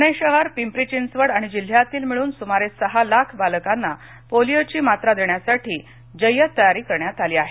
पुणे शहर पिंपरी घिंचवड आणि जिल्ह्यातील मिळून सुमारे सहा लाख बालकांना पोलिओची मात्रा देण्यासाठी जय्यत तयारी करण्यात आली आहे